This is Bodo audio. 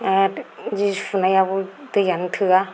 आरो जि सुनायाबो दैयानो थोया